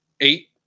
eight